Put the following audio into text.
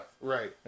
Right